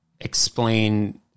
explain